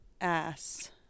ass